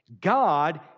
God